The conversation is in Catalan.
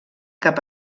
cap